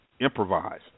improvise